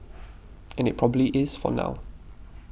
and it probably is for now